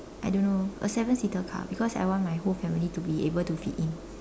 I don't know a seven seater car because I want my whole family to be able to fit in